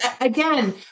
again